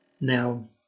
now